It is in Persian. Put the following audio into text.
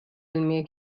علمی